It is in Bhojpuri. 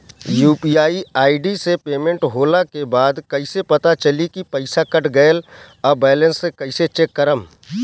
यू.पी.आई आई.डी से पेमेंट होला के बाद कइसे पता चली की पईसा कट गएल आ बैलेंस कइसे चेक करम?